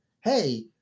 hey